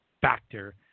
factor